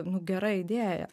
nu gera idėja